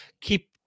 keep